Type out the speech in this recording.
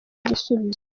gisubizo